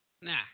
nah